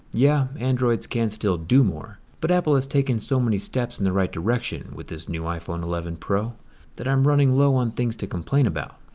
yeah, androids can still do more, but apple has taken so many steps in the right direction with this new iphone eleven pro that i'm running low on things to complain about,